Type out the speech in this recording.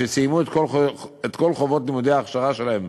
שסיימו את כל חובות לימודי ההכשרה שלהם